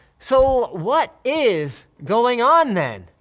so, what is going on then?